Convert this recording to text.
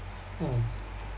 mm